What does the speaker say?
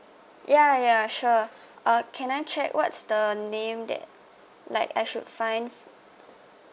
yeah yeah sure uh can I check what's the name that like I should find